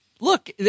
Look